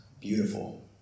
beautiful